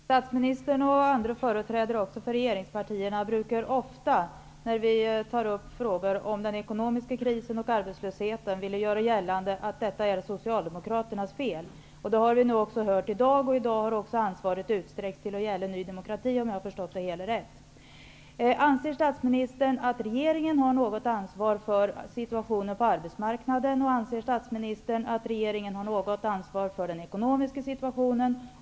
Fru talman! När vi tar upp frågor om den ekonomiska krisen och arbetslösheten, brukar statsministern och också andra företrädare för regeringspartierna göra gällande att det är Socialdemokraternas fel att det ser ut som det gör. Det har vi hört även i dag, men nu har ansvaret utsträckts till att gälla också Ny demokrati, om jag har förstått det hela rätt. Anser statsministern att den nuvarande regeringen har något ansvar för situationen på arbetsmarknaden? Anser statsministern att regeringen har något ansvar för den ekonomiska situationen?